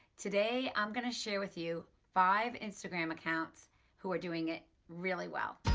today i'm going to share with you five instagram accounts who are doing it really well.